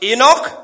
Enoch